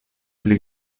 pli